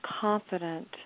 confident